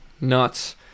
Nuts